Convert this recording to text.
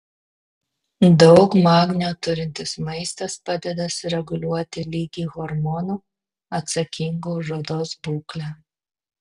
daug magnio turintis maistas padeda sureguliuoti lygį hormonų atsakingų už odos būklę